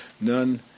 None